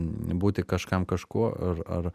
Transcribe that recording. būti kažkam kažkuo ar ar